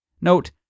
Note